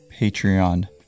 patreon